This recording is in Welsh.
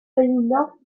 beuno